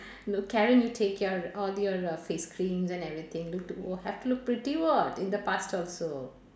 no Karen you take care of all your uh face creams and everything look to have to look pretty [what] in the past also